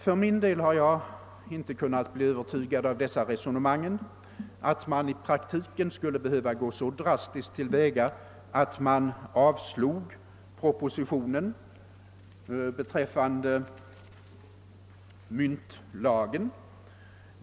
För min del har jag inte kunnat bli övertygad av resonemanget om att man i praktiken skulle behöva gå så drastiskt till väga att man avslår propositionen om myntlagen.